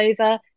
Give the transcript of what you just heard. over